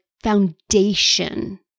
foundation